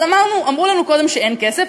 אז אמרו לנו קודם שאין כסף,